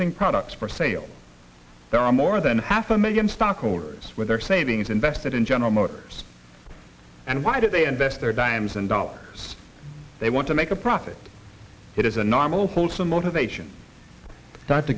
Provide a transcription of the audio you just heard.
producing products for sale there are more than half a million stockholders with their savings invested in general motors and why do they invest their dimes and dollars they want to make a profit it is a normal wholesome motivation